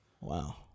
Wow